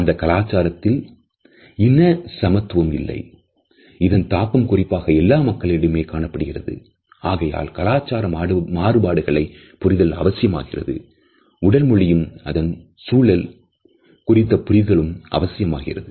அந்தக் கலாச்சாரத்தில் இன சமத்துவம்ஆகையால் கலாச்சார மாறுபாடுகளை புரிதல் அவசியமாகிறது